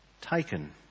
taken